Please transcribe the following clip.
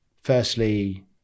Firstly